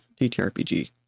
DTRPG